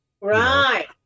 Right